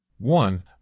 One